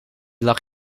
lag